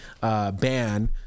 ban